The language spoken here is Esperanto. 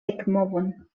ekmovon